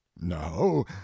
no